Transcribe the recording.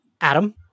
Adam